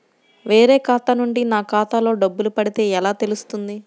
వేరే ఖాతా నుండి నా ఖాతాలో డబ్బులు పడితే ఎలా తెలుస్తుంది?